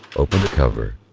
open the cover.